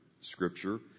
scripture